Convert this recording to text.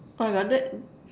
Oh my god that